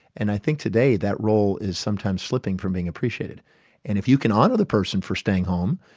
and i think today that role is sometimes slipping from being appreciated and if you can honour the person for staying home,